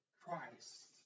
Christ